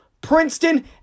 Princeton